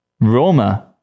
Roma